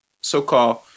so-called